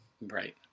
right